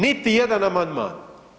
Niti jedan amandman.